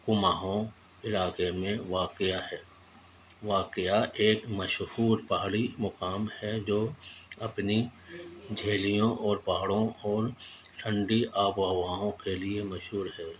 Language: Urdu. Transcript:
کماہوں علاقے میں واقع ہے واقع ایک مشہور پہاڑی مقام ہے جو اپنی جھیلوں اور پہاڑوں اور ٹھنڈی آب و ہواؤوں کے لیے مشہور ہے